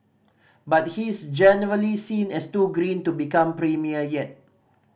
but he's generally seen as too green to become premier yet